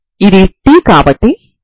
ఇది An మరియు Bn